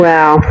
Wow